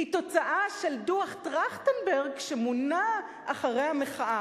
היא תוצאה של דוח-טרכטנברג שמונה אחרי המחאה.